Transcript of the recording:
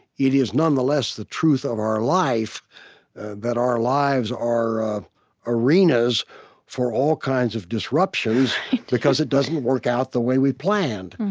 it is nonetheless the truth of our life that our lives are arenas for all kinds of disruptions because it doesn't work out the way we planned.